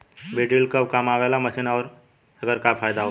बीज ड्रील कब काम आवे वाला मशीन बा आऊर एकर का फायदा होखेला?